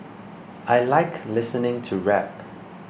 I like listening to rap